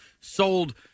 sold